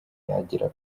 yagera